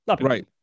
right